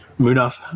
Munaf